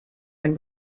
and